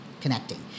connecting